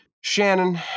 Shannon